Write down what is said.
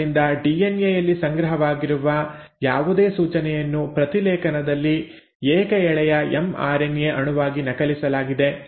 ಆದ್ದರಿಂದ ಡಿಎನ್ಎ ಯಲ್ಲಿ ಸಂಗ್ರಹವಾಗಿರುವ ಯಾವುದೇ ಸೂಚನೆಯನ್ನು ಪ್ರತಿಲೇಖನದಲ್ಲಿ ಏಕ ಎಳೆಯ ಎಂಆರ್ಎನ್ಎ ಅಣುವಾಗಿ ನಕಲಿಸಲಾಗಿದೆ